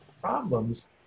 problems